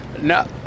No